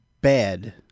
bad